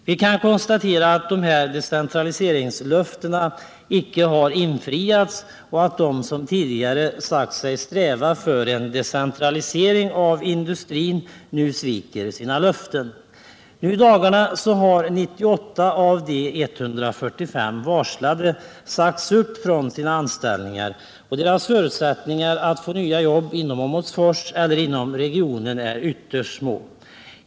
Vi kan konstatera att decentraliseringslöftena icke har infriats och att de som tidigare sagt sig sträva till en decentralisering av industrin nu sviker sina löften. Nui dagarna har 98 av de 145 varslade sagts upp från sina anställningar, och deras förutsättningar att få nya jobb inom Åmotfors eller inom regionen är ytterst små.